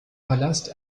palast